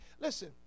Listen